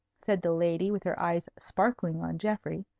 said the lady, with her eyes sparkling on geoffrey,